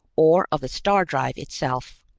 or of the star-drive itself.